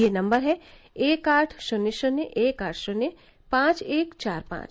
यह नम्बर है एक आठ शुन्य शुन्य एक आठ शुन्य पांच एक चार पांच